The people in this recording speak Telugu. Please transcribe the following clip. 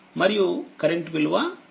మరియు కరెంట్ విలువ పొందుతారు